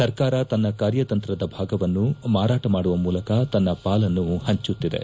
ಸರ್ಕಾರ ತನ್ನ ಕಾರ್ಯತಂತ್ರದ ಭಾಗವನ್ನು ಮಾರಾಟ ಮಾಡುವ ಮೂಲಕ ತನ್ನ ಪಾಲನ್ನು ಪಂಚುತ್ತಿದೆ